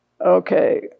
Okay